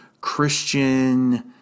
Christian